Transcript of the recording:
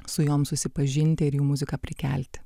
su jom susipažinti ir jų muziką prikelti